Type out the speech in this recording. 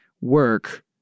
work